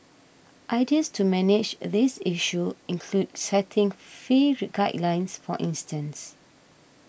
ideas to manage this issue include setting fee re guidelines for instance